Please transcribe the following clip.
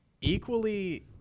equally